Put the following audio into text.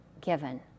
given